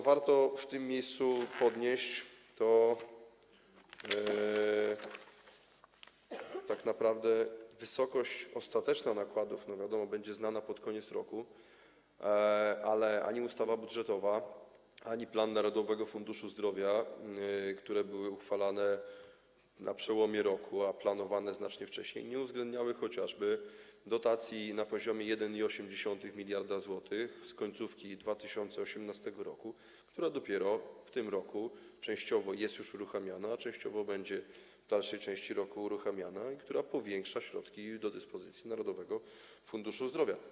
Warto w tym miejscu podnieść, że tak naprawdę wysokość ostateczna nakładów, jak wiadomo, będzie znana pod koniec roku, ale ani ustawa budżetowa, ani plan Narodowego Funduszu Zdrowia, które były uchwalane na przełomie roku, a planowane znacznie wcześniej, nie uwzględniały chociażby dotacji na poziomie 1,8 mld zł z końcówki 2018 r., która dopiero w tym roku częściowo jest już uruchamiana, a częściowo będzie w dalszej części roku uruchamiana, i która powiększa środki do dyspozycji Narodowego Funduszu Zdrowia.